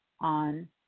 on